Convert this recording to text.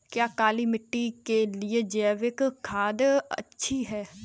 क्या काली मिट्टी के लिए जैविक खाद अच्छी है?